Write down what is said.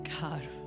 God